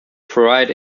provide